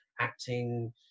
acting